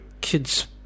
kid's